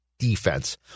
defense